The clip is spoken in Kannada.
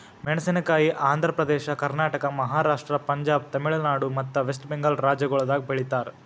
ಮೇಣಸಿನಕಾಯಿ ಆಂಧ್ರ ಪ್ರದೇಶ, ಕರ್ನಾಟಕ, ಮಹಾರಾಷ್ಟ್ರ, ಪಂಜಾಬ್, ತಮಿಳುನಾಡು ಮತ್ತ ವೆಸ್ಟ್ ಬೆಂಗಾಲ್ ರಾಜ್ಯಗೊಳ್ದಾಗ್ ಬೆಳಿತಾರ್